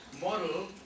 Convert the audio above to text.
model